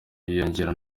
yiyongera